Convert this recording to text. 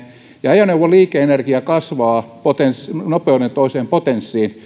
ja ajoneuvon liike energia kasvaa nopeuden toiseen potenssiin